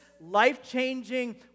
life-changing